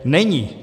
Není.